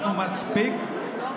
הם לא אומרים את זה.